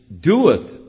doeth